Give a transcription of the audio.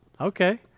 Okay